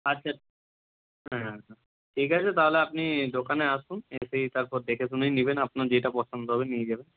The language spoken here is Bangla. আচ্ছা হ্যাঁ হ্যাঁ হ্যাঁ ঠিক আছে তাহলে আপনি দোকানে আসুন এসেই তারপর দেখে শুনেই নিবেন আপনার যেইটা পছন্দ হবে নিয়ে যাবেন